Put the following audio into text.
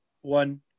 one